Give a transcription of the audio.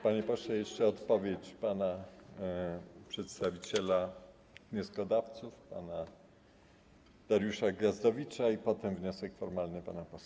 Panie pośle, jeszcze odpowiedź pana przedstawiciela wnioskodawców, pana Dariusza Gwiazdowicza i potem wniosek formalny pana posła.